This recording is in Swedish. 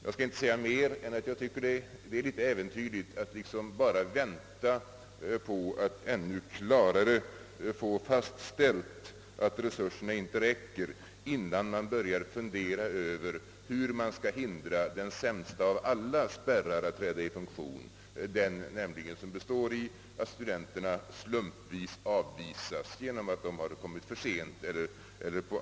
Jag skall inte säga mer än att jag tycker det är litet äventyrligt att bara vänta på att ännu klarare få fastställt att resurserna inte räcker, innan man börjar fundera över hur man skall hindra den sämsta av alla spärrar att träda i funktion: den som nämligen består i att studenterna slumpvis avvisas genom att de exempelvis kommit för sent.